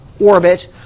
orbit